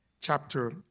chapter